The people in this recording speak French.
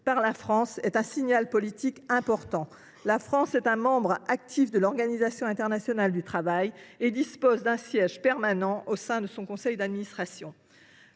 par la France est un signal politique important. Notre pays est un membre actif de l’Organisation internationale du travail et dispose d’un siège permanent au sein de son conseil d’administration.